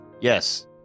Yes